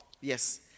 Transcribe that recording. yes